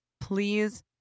please